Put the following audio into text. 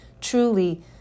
truly